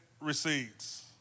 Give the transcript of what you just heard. recedes